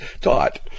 taught